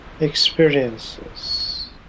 experiences